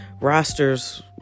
Rosters